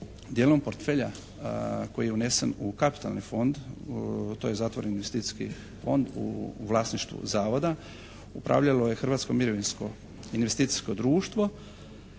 Dijelom portfelja koji je unesen u kapitalni fond, to je zatvoren investicijski fond u vlasništvu Zavoda upravljalo je Hrvatsko mirovinsko investicijsko društvo